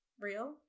Real